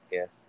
Yes